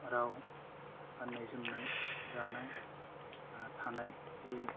राव गान्नाय जोमनाय जानाय थानाय जे